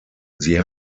sie